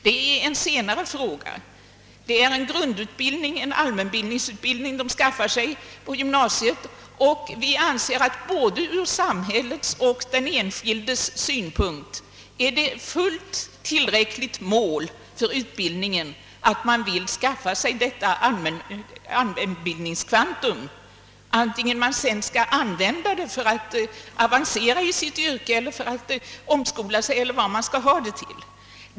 Detta är en senare fråga. Det är en grundutbildning, en allmänbildning de skaffar sig på gymnasiet, och vi anser att det från både samhällets och den enskildes synpunkt är ett fullt tillräckligt mål för utbildningen att man vill förvärva detta allmänbildningskvantum, vare sig man sedan skall använda det för att avancera i sitt yrke eller för att omskola sig eller för annat ändamål.